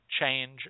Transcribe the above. change